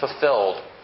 fulfilled